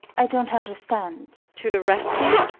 i don't understand to the rescue?